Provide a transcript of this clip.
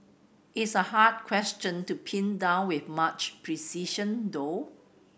it's a hard question to pin down with much precision though